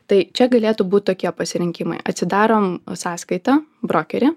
tai čia galėtų būt tokie pasirinkimai atsidarom sąskaitą brokerį